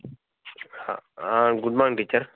good morning teacher